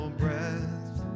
breath